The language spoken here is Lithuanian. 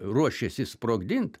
ruošėsi sprogdint